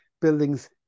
buildings